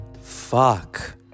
fuck